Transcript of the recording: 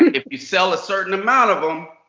if you sell a certain amount of them,